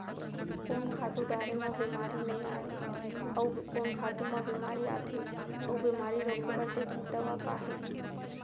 कोन खातू डारे म बेमारी नई आये, अऊ कोन खातू म बेमारी आथे अऊ बेमारी रोके बर देसी दवा का हे?